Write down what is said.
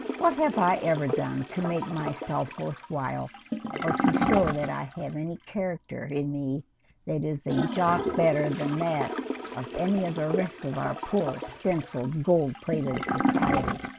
what have i ever done to make myself? worthwhile or to show that i have any character in me that is a jock better than that of any of the rest of our poor stenciled gold-plated society